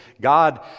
God